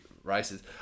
races